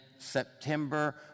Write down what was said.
September